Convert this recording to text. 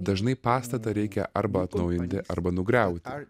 dažnai pastatą reikia arba atnaujinti arba nugriauti